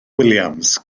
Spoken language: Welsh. williams